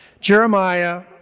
Jeremiah